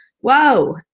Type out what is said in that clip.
whoa